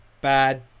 bad